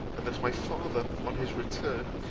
and that my father, on his return,